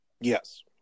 Yes